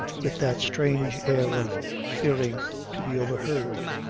with that strange air of fearing to be overheard.